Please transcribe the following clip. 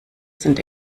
sind